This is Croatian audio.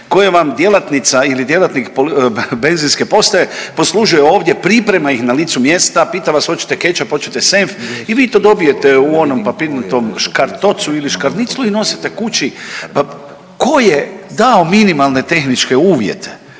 koje vam djelatnica ili djelatnik benzinske postaje poslužuje ovdje, priprema ih na licu mjesta, pita vas hoćete kečap, hoćete senf i vi to dobijete u onom papirnatom škartocu ili škarniclu i nosite kući. Pa tko je dao minimalne tehničke uvjete